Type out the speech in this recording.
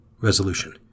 Resolution